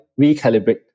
recalibrate